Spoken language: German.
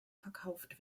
verkauft